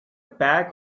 bag